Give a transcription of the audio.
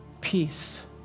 peace